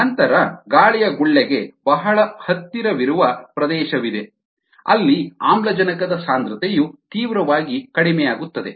ನಂತರ ಗಾಳಿಯ ಗುಳ್ಳೆಗೆ ಬಹಳ ಹತ್ತಿರವಿರುವ ಪ್ರದೇಶವಿದೆ ಅಲ್ಲಿ ಆಮ್ಲಜನಕದ ಸಾಂದ್ರತೆಯು ತೀವ್ರವಾಗಿ ಕಡಿಮೆಯಾಗುತ್ತದೆ